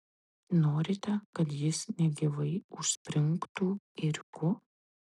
norite kad jis negyvai užspringtų ėriuku